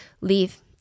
leave